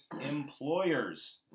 employers